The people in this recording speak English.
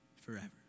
forever